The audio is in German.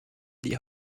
die